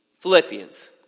Philippians